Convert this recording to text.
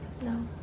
No